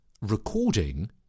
recording